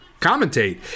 commentate